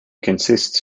consists